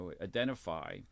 identify